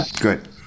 Good